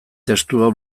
testua